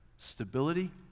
Stability